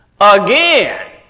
Again